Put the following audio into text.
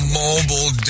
mobile